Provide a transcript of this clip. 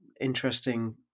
interesting